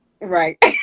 right